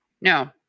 No